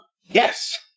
Yes